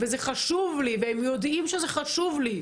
וזה חשוב לי והם יודעים שזה חשוב לי,